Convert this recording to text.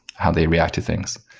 how they react to things.